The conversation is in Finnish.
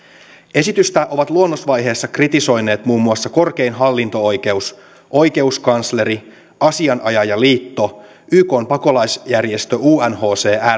esitystä ovat luonnosvaiheessa kritisoineet muun muassa korkein hallinto oikeus oikeuskansleri asianajajaliitto ykn pakolaisjärjestö unhcr